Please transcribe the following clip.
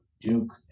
Duke